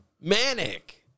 Manic